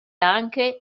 anche